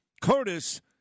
Curtis